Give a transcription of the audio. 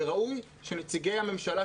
וראוי שנציגי הממשלה,